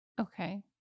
Okay